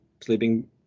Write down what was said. Sleeping